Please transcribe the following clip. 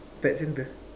pet centre